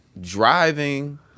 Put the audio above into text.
driving